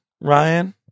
Ryan